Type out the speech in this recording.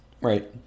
Right